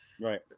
Right